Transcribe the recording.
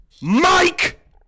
Mike